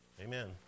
Amen